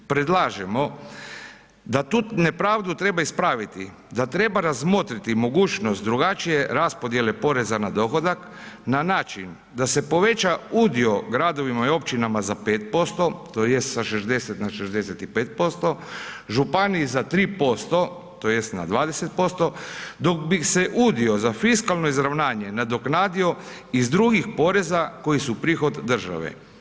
Predlažemo da tu nepravdu treba ispraviti, da treba razmotriti mogućnost drugačije raspodjele poreza na dohodak na način da se poveća udio gradovima i općinama za 5% tj. sa 60 na 65%, županiji za 3% tj. na 20%, dok bi se udio za fiskalno izravnanje nadoknadio iz drugih poreza koji su prihod države.